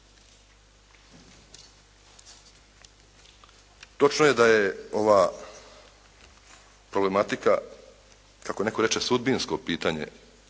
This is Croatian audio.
Točno je da je ova problematika kako netko reče sudbinsko pitanje